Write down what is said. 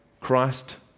Christ